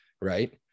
right